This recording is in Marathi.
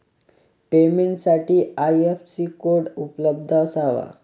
पेमेंटसाठी आई.एफ.एस.सी कोड उपलब्ध असावा